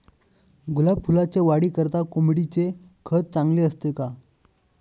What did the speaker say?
गुलाब फुलाच्या वाढीकरिता कोंबडीचे खत चांगले असते का?